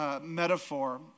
metaphor